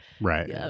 Right